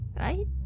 right